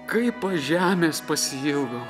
kaip aš žemės pasiilgau